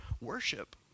worship